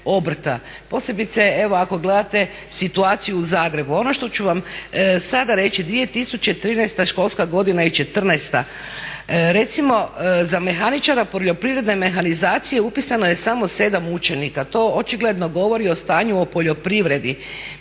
posebice evo ako gledate situaciju u Zagrebu. Ono što ću vam sada reći 2013. je školska godine i 2014., recimo za mehaničara poljoprivredne mehanizacije upisano je samo 7 učenika to očigledno govori o stanju u poljoprivredi.